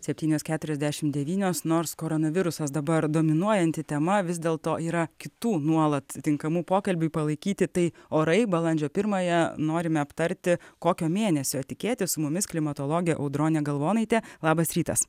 septynios keturiasdešimt devynios nors koronavirusas dabar dominuojanti tema vis dėl to yra kitų nuolat tinkamų pokalbiui palaikyti tai orai balandžio pirmąją norime aptarti kokio mėnesio tikėtis su mumis klimatologė audronė galvonaitė labas rytas